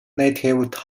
native